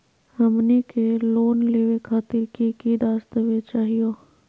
हमनी के लोन लेवे खातीर की की दस्तावेज चाहीयो?